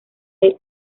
del